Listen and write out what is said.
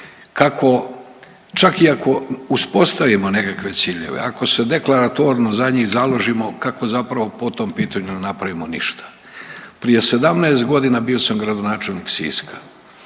kako, čak i ako uspostavimo nekakve ciljeve, ako se deklaratorno za njih založimo, kako zapravo po tom pitanju napravimo ništa. Prije 17 godina bio sam gradonačelnik Siska.